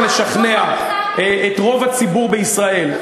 אם תצליח לשכנע את רוב הציבור בישראל,